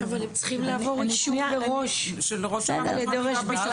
אבל הם צריכים לעבור אישור מראש דרך ביטחון